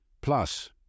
Plus